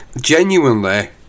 Genuinely